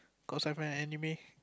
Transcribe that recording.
cause by an anime